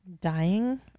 dying